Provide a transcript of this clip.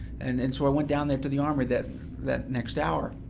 and and so i went down there to the armory that that next hour,